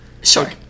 Sure